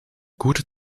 gute